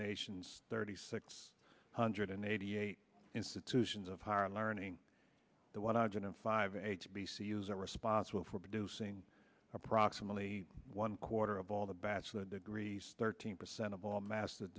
nation's thirty six hundred and eighty eight institutions of higher learning the one arjan and five h b c u's are responsible for producing approximately one quarter of all the bachelor degrees thirteen percent of all mas